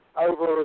over